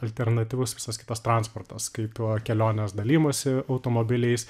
alternatyvus visas kitas transportas kaip kelionės dalijimosi automobiliais